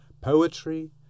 poetry